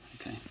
okay